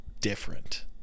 different